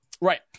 Right